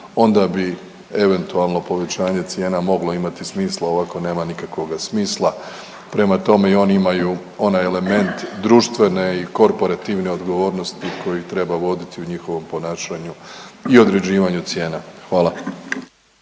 onda bi eventualno povećanje cijena moglo imati smisla, ovako nema nikakvoga smisla. Prema tome, i oni imaju onaj element društvene i korporativne odgovornosti koju treba voditi u njihovom ponašanju i određivanju cijena. Hvala.